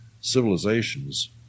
civilizations